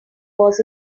was